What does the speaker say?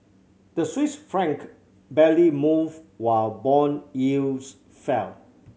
the Swiss franc barely moved while bond yields fell